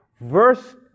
verse